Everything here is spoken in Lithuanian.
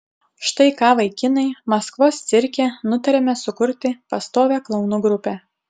štai ką vaikinai maskvos cirke nutarėme sukurti pastovią klounų grupę